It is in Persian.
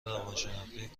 روانشناختی